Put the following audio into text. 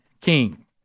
king